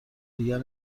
دیگر